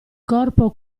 corpo